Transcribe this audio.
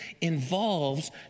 involves